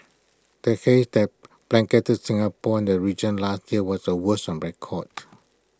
the haze that blanketed Singapore the region last year was the worst on record